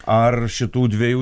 ar šitų dviejų